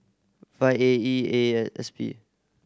five A E A eight S P